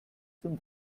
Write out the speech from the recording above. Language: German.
zum